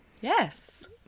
Yes